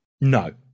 No